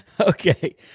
Okay